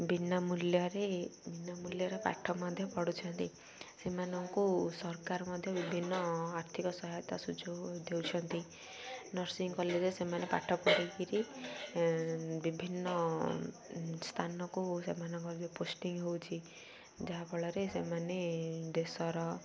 ବିନା ମୂଲ୍ୟରେ ବିନା ମୂଲ୍ୟରେ ପାଠ ମଧ୍ୟ ପଢ଼ୁଛନ୍ତି ସେମାନଙ୍କୁ ସରକାର ମଧ୍ୟ ବିଭିନ୍ନ ଆର୍ଥିକ ସହାୟତା ସୁଯୋଗ ଦେଉଛନ୍ତି ନର୍ସିଂ କଲେଜ୍ରେ ସେମାନେ ପାଠ ପଢ଼େଇକିରି ବିଭିନ୍ନ ସ୍ଥାନକୁ ସେମାନଙ୍କର ପୋଷ୍ଟିଂ ହଉଛି ଯାହାଫଳରେ ସେମାନେ ଦେଶର